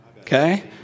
okay